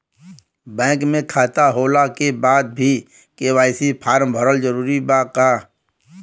Bank में खाता होला के बाद भी के.वाइ.सी फार्म भरल जरूरी बा का?